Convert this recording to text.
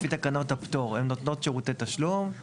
לפי תקנות הפטור הן נותנות שירותי תשלום,